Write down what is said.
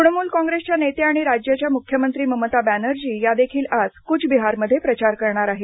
तृणमूल कॉंग्रेसच्या नेत्या आणि राज्याच्या मुख्यमंत्री ममता बॅनर्जी यादेखील आज कुचबिहारमध्ये प्रचार करणार आहेत